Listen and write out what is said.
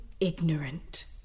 ignorant